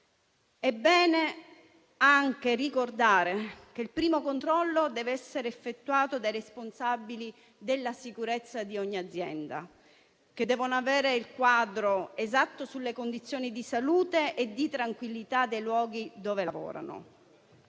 È bene anche ricordare che il primo controllo deve essere effettuato dai responsabili della sicurezza di ogni azienda, che devono avere il quadro esatto sulle condizioni di salute e di tranquillità dei luoghi dove lavorano